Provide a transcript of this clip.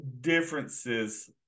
differences